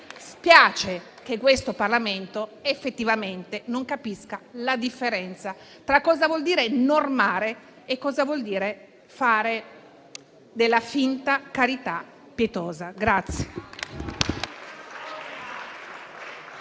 spiace che questo Parlamento effettivamente non capisca la differenza tra cosa vuol dire normare e cosa vuol dire fare della finta carità pietosa.